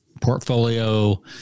portfolio